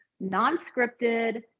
non-scripted